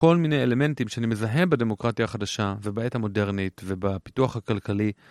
כל מיני אלמנטים שאני מזהה בדמוקרטיה החדשה ובעת המודרנית ובפיתוח הכלכלי.